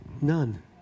None